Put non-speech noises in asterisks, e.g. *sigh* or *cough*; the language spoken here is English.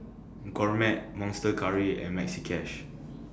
Gourmet Monster Curry and Maxi Cash *noise*